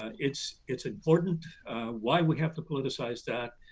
it's it's important why we have to politicize that